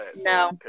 No